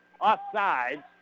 offside